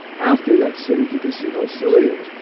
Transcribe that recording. after that stage you can see how silly it is.